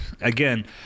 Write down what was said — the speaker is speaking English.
again